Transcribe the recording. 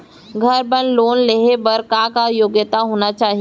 घर बर लोन लेहे बर का का योग्यता होना चाही?